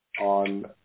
on